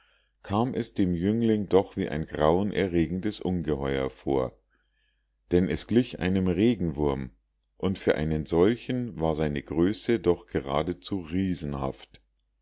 kam es dem jüngling doch wie ein grauenerregendes ungeheuer vor denn es glich einem regenwurm und für einen solchen war seine größe doch geradezu riesenhaft